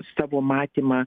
savo matymą